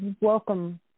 welcome